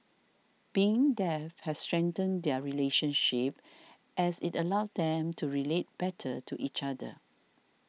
being deaf has strengthened their relationship as it allowed them to relate better to each other